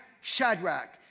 Shadrach